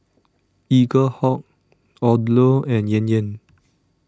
Eaglehawk Odlo and Yan Yan